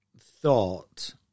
thought